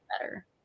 better